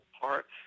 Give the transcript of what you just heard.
parts